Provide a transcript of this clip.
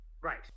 Right